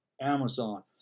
Amazon